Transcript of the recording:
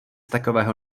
takového